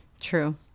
True